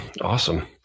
Awesome